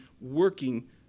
working